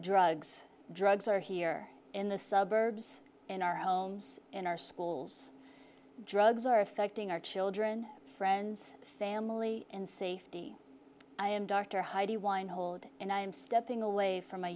drugs drugs are here in the suburbs in our homes in our schools drugs are affecting our children friends family and safety i am dr heidi weinhold and i'm stepping away from my